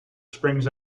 springs